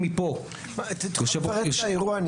תתאר את האירוע.